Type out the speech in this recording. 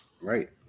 Right